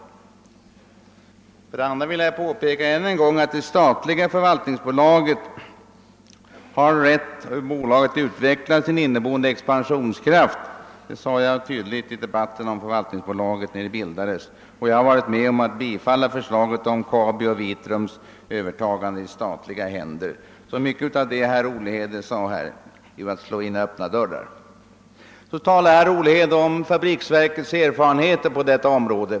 Jag vill dessutom än en gång påpeka att de statliga bolagen skall ha rätt att utveckla sin inneboende expansionskraft. Det sade jag tydligt i den debatt vi hade när förvaltningsbolaget skulle bildas. Jag har också varit med om att rösta för förslaget om KABI:s och Vitrums övertagande av staten. Mycket av vad herr Olhede sade var därför att slå in öppna dörrar. Herr Olhede talar vidare om fabriksverkets erfarenheter på detta område.